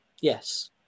Yes